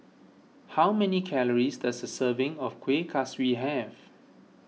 how many calories does a serving of Kuih Kaswi have